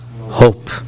hope